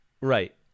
Right